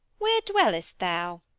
where dwell'st thou?